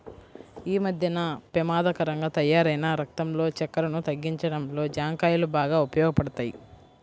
యీ మద్దెన పెమాదకరంగా తయ్యారైన రక్తంలో చక్కెరను తగ్గించడంలో జాంకాయలు బాగా ఉపయోగపడతయ్